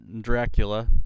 Dracula